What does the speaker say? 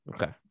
Okay